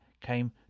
came